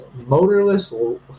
motorless